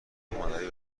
هنری